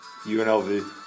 UNLV